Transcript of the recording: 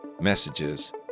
messages